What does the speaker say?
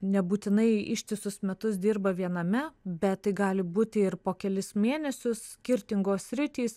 nebūtinai ištisus metus dirba viename bet tai gali būti ir po kelis mėnesius skirtingos sritys